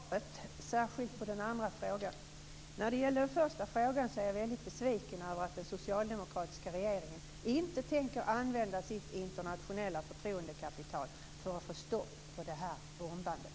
Fru talman! Jag tackar för svaren, särskilt på den andra frågan. När det gäller den första frågan är jag väldigt besviken över att den socialdemokratiska regeringen inte tänker använda sitt internationella förtroendekapital för att få stopp på bombandet.